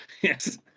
Yes